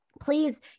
please